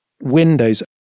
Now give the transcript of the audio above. Windows